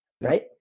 right